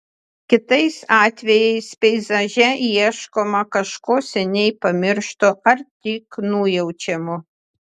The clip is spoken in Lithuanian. kitais atvejais peizaže ieškoma kažko seniai pamiršto ar tik nujaučiamo